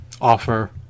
offer